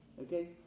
Okay